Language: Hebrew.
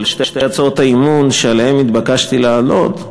שתי הצעות האי-אמון שעליהן התבקשתי לענות,